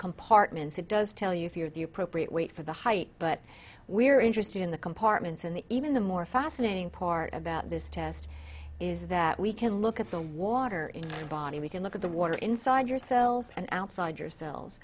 compartments it does tell you if you're the appropriate weight for the height but we're interested in the compartments in the even the more fascinating part about this test is that we can look at the water in your body we can look at the water inside your cells and outside your cells